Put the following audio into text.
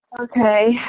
Okay